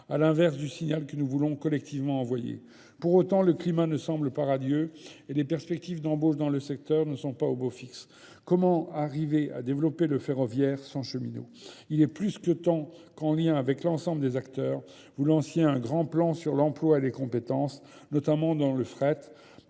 à l'inverse du signal que nous voulons collectivement envoyer. Pour autant, le climat ne semble pas radieux, et les perspectives d'embauche dans le secteur ne sont pas au beau fixe. Comment arriver à développer le ferroviaire sans cheminots ? Il est plus que temps qu'en lien avec l'ensemble des acteurs, vous lanciez un grand plan sur l'emploi et les compétences, notamment dans le fret,